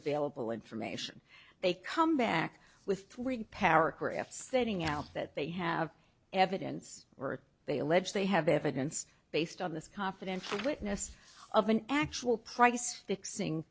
available information they come back with three paragraphs setting out that they have evidence or they allege they have evidence based on this confidential witness of an actual price fixing